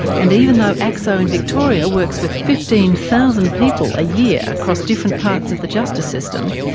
and even though acso in victoria works with fifteen thousand people a year across different parts of the justice system,